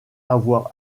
avoir